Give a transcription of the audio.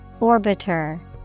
Orbiter